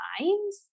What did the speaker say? minds